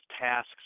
tasks